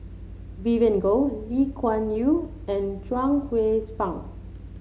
Vivien Goh Lee Kuan Yew and Chuang Hsueh Fang